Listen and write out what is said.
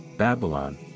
Babylon